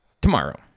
tomorrow